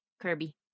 Kirby